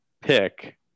pick